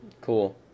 Cool